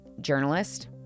journalist